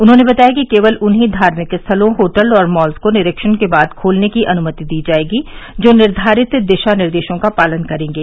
उन्होंने बताया कि केवल उन्हीं धार्मिक स्थलों होटल और मॉल को निरीक्षण के बाद खोलने की अनुमति दी जाएगी जो निर्धारित दिशा निर्देशों का पालन करेंगे